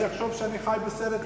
אני אחשוב שאני חי בסרט אחר.